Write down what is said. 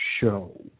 show